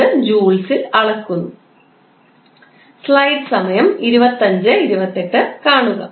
അത് ജൂൾസിൽ അളക്കുന്നു